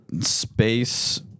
Space